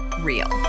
real